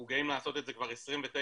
אנחנו גאים לעשות את זה כבר 29 שנים,